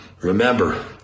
remember